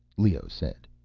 leoh said.